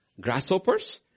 Grasshoppers